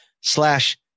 slash